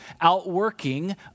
outworking